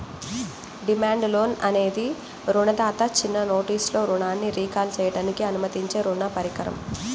demand loan అనేది రుణదాత చిన్న నోటీసులో రుణాన్ని రీకాల్ చేయడానికి అనుమతించే రుణ పరికరం